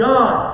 God